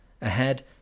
Ahead